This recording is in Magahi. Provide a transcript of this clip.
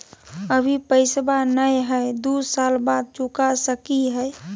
अभि पैसबा नय हय, दू साल बाद चुका सकी हय?